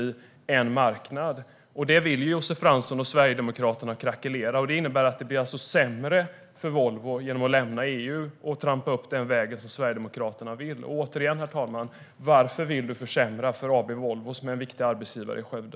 Det är en enda marknad. Det vill Josef Fransson och Sverigedemokraterna splittra. Det blir sämre för Volvo att lämna EU och trampa den väg Sverigedemokraterna vill. Återigen, Josef Fransson: Varför vill du försämra för AB Volvo, som är en viktig arbetsgivare i Skövde?